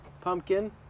Pumpkin